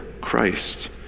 Christ